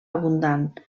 abundant